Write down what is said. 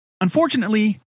Unfortunately